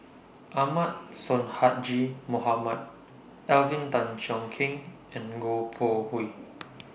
Ahmad Sonhadji Mohamad Alvin Tan Cheong Kheng and Goh Koh Hui